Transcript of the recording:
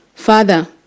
Father